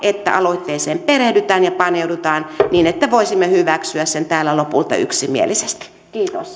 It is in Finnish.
että aloitteeseen perehdytään ja paneudutaan niin että voisimme hyväksyä sen täällä lopulta yksimielisesti